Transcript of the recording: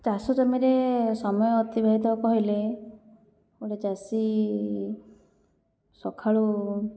ଚାଷ ଜମିରେ ସମୟ ଅତିବାହିତ କହିଲେ ଗୋଟିଏ ଚାଷୀ ସଖାଳୁ